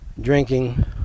drinking